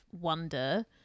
wonder